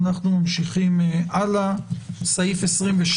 סעיף 26